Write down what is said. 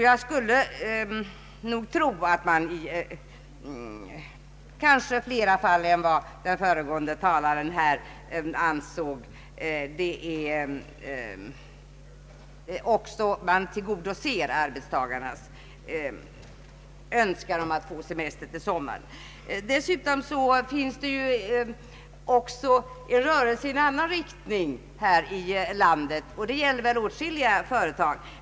Jag skulle tro att man i flera fall än vad den föregående talaren ansåg tillgodoser arbetstagarnas önskan om att få semester sommartid. Dessutom finns rörelser i annan riktning här i landet, och det gäller åtskilliga företag.